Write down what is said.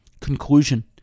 Conclusion